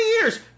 years